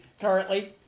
currently